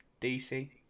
DC